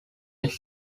its